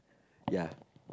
ya